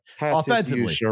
Offensively